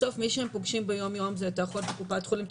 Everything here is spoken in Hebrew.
בסוף מי שהם פוגשים ביומיום זה את האחות בקופת חולים,